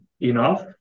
enough